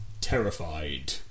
terrified